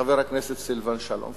חבר הכנסת סילבן שלום.